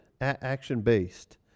action-based